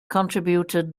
contributed